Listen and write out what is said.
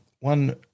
One